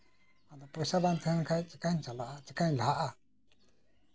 ᱟᱫᱚ ᱯᱚᱭᱥᱟ ᱵᱟᱝ ᱛᱟᱸᱦᱮᱱ ᱠᱷᱟᱡ ᱪᱤᱠᱟᱧ ᱪᱟᱞᱟᱜᱼᱟ ᱪᱤᱠᱟᱹᱧ ᱞᱟᱦᱟᱜᱼᱟ